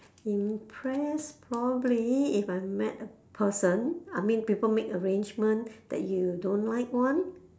impress probably if I met a person I mean people make arrangement that you don't like [one]